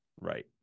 Right